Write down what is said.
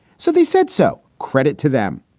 so they said so credit to them.